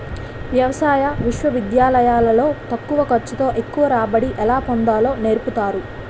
వ్యవసాయ విశ్వవిద్యాలయాలు లో తక్కువ ఖర్చు తో ఎక్కువ రాబడి ఎలా పొందాలో నేర్పుతారు